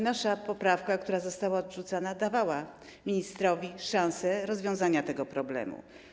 Nasza poprawka, która została odrzucona, dawała ministrowi szansę rozwiązania tego problemu.